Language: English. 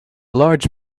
large